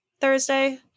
Thursday